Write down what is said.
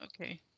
Okay